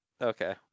Okay